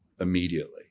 immediately